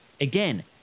again